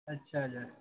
اچھا اچھا